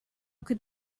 could